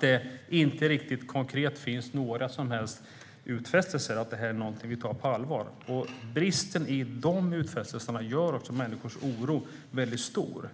Det finns inga konkreta utfästelser om att detta tas på allvar. Bristen på utfästelser gör att människors oro är väldigt stor.